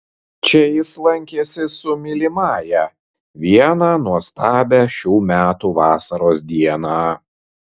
čia jis lankėsi su mylimąja vieną nuostabią šių metų vasaros dieną